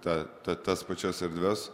tą tas pačias erdves